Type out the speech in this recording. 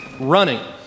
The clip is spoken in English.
running